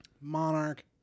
Monarch